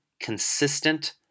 consistent